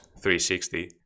360